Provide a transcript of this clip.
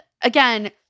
Again